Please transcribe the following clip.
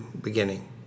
beginning